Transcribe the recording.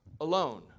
alone